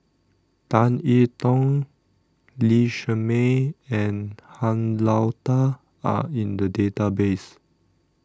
Tan I Tong Lee Shermay and Han Lao DA Are in The Database